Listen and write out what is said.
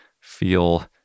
feel